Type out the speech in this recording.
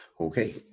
Okay